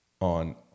on